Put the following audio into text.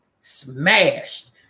smashed